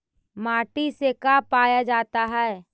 माटी से का पाया जाता है?